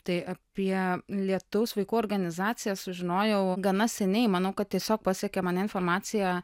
tai apie lietaus vaikų organizaciją sužinojau gana seniai manau kad tiesiog pasiekė mane informacija